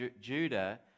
Judah